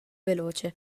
veloce